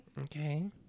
Okay